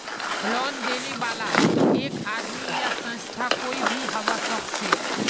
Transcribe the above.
loan देने बाला एक आदमी या संस्था कोई भी हबा सखछेक